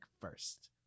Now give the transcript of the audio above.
first